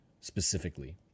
specifically